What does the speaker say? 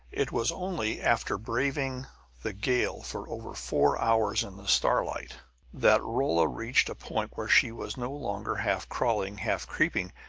it was only after braving the gale for over four hours in the starlight that rolla reached a point where she was no longer half crawling, half creeping,